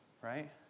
right